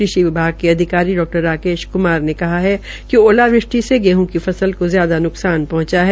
कृषि विभाग के अधिकारी डा राकेश कुमार ने कहा कि ओलावृष्टि से गेहं की फसल को ज्यादा न्कसान पहंचा है